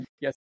Yes